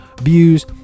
views